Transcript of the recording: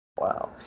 Wow